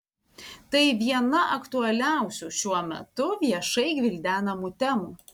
tai viena aktualiausių šiuo metu viešai gvildenamų temų